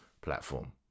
platform